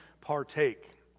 partake